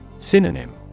Synonym